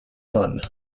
fun